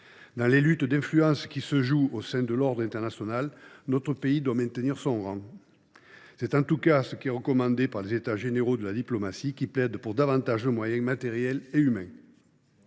Dans les luttes d’influences qui se jouent au sein de l’ordre international, notre pays doit maintenir son rang. C’est, en tout cas, ce qu’ont recommandé les États généraux de la diplomatie, qui plaident pour davantage de moyens matériels et humains.